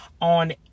on